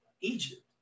Egypt